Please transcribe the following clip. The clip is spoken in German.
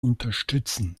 unterstützen